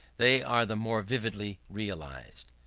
they are the more vividly realized.